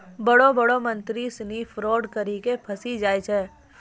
बड़ो बड़ो मंत्री सिनी फरौड करी के फंसी जाय छै